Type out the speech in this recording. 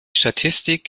statistik